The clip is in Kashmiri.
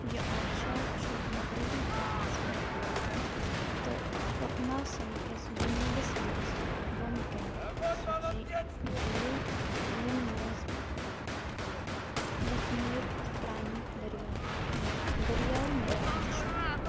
یہِ آبشار چھُ مغرِبی گھاٹَس پٮ۪ٹھ واقعہ تہٕ پاپناسمکِس جنوٗبس منٛز بۄنہٕ كَنۍ سُہ جھی جھیٖل ییٚمہِ منٛز یَتھ میٖر اَپرانی دٔریا نے دٔریاو نیران چھُ